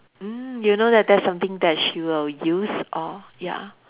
mm you know that that's something that she will use or ya